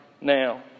now